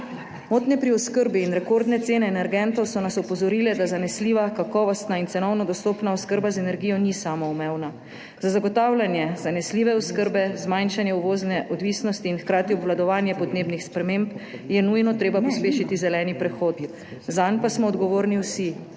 Motnje pri oskrbi in rekordne cene energentov so nas opozorile, da zanesljiva, kakovostna in cenovno dostopna oskrba z energijo ni samoumevna. Za zagotavljanje zanesljive oskrbe, zmanjšanje uvozne odvisnosti in hkrati obvladovanje podnebnih sprememb je nujno treba pospešiti zeleni prehod. Zanj pa smo odgovorni vsi: